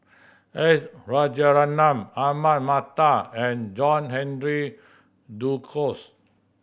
S Rajaratnam Ahmad Mattar and John Henry Duclos